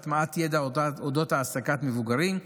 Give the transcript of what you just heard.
הטמעת ידע על אודות העסקת מבוגרים,